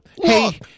Hey